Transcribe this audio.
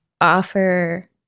offer